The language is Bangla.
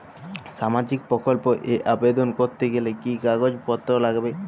সামাজিক প্রকল্প এ আবেদন করতে গেলে কি কাগজ পত্র লাগবে?